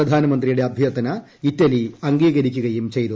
പ്രധാനമന്ത്രിയുടെ അഭ്യർത്ഥന ഇറ്റലി അംഗീകരിക്കുകയും ചെയ്തു